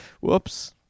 Whoops